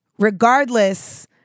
regardless